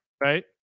right